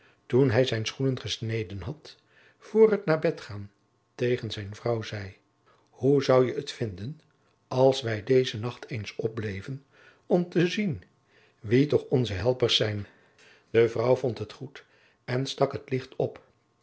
toen hij zijn schoenen gesneden had vr het naar bed gaan tegen zijn vrouw zei hoe zou je het vinden als wij deze nacht eens opbleven om te zien wie toch onze helpers zijn de vrouw vond het goed en stak het licht op